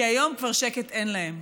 כי היום כבר שקט אין להם.